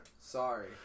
sorry